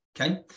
Okay